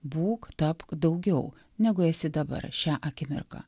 būk tapk daugiau negu esi dabar šią akimirką